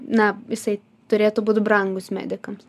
na jisai turėtų būt brangus medikams